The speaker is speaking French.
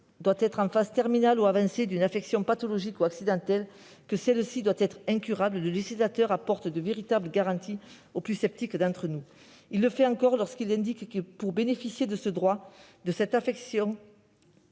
doit être en phase terminale ou avancée d'une affection pathologique ou accidentelle, que celle-ci doit être incurable, le législateur apporte de véritables garanties aux plus sceptiques d'entre nous. Il le fait encore lorsqu'il prévoit que pour bénéficier de ce droit, cette affection